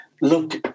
look